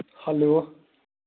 hello